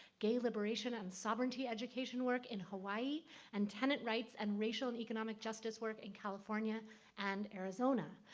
gay liberation and sovereignty education work in hawaii and tenant rights and racial and economic justice work in california and arizona.